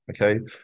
Okay